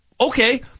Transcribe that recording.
Okay